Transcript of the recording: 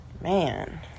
man